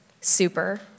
Super